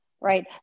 right